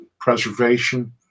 preservation